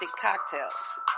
cocktails